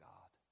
God